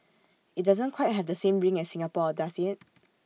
IT doesn't quite have the same ring as Singapore does IT